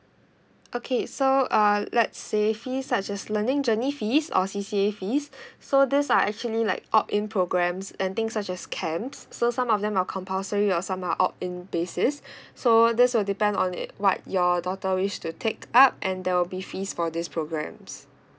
okay so uh let's say fees such as learning journey fees or C_C_A fees so these are actually like opt in programs and things such as camp so some of them are compulsory or some are opt in basis so this will depend on it what your daughter wish to take up and there will be fees for these programs